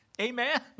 Amen